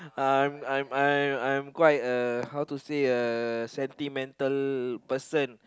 I'm I'm I'm I'm quite a how to say a sentimental person